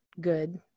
good